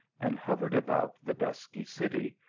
and hovered about the dusky city,